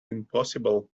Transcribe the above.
impossible